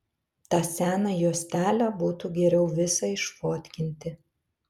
tą seną juostelę būtų geriau visą išfotkinti